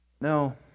No